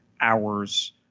hours